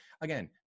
again